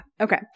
Okay